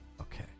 Okay